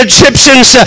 Egyptians